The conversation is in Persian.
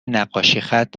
نقاشیخط